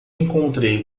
encontrei